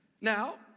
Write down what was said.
Now